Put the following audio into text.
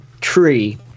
tree